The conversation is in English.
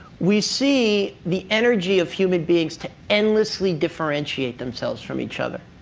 we see the energy of human beings to endlessly differentiate themselves from each other.